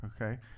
Okay